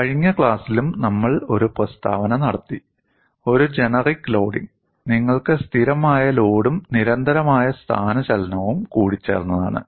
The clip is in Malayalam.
കഴിഞ്ഞ ക്ലാസിലും നമ്മൾ ഒരു പ്രസ്താവന നടത്തി ഒരു ജനറിക് ലോഡിങ് നിങ്ങൾക്ക് സ്ഥിരമായ ലോഡും നിരന്തരമായ സ്ഥാനചലനവും കൂടിച്ചേർന്നതാണ്